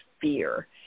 fear